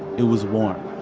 it was warm.